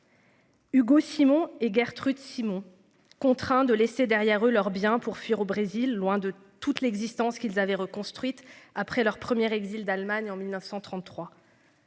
Hugo Simon et Gertrud Simon. Contraint de laisser derrière eux leurs biens pour fuir au Brésil, loin de toute l'existence qu'ils avaient reconstruite après leur première exil d'Allemagne en 1933.